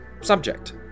Subject